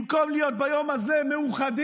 במקום להיות ביום הזה מאוחדים,